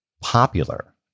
popular